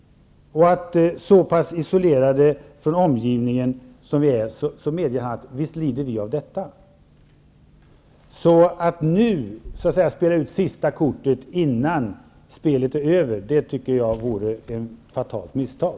Så pass isolerade från omgivningen som vi är lider vi av dem. Att nu spela ut sista kortet, innan spelet är över, tycker jag vore ett fatalt misstag.